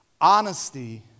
honesty